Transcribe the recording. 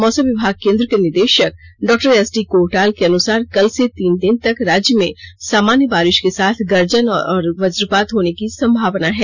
मौसम विभाग केन्द्र के निदेषक डा एस डी कोटाल के अनुसार कल से तीन दिन तक राज्य में सामान्य बारिष के साथ गर्जन और वज्रपात होने की संभावना है